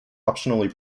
optionally